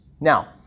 Now